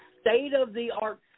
state-of-the-art